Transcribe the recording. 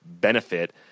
benefit